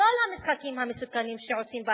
כל המשחקים המסוכנים שעושים באנשים,